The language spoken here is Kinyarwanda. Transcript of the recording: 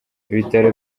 ibitaro